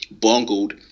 bungled